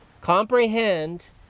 comprehend